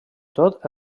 tot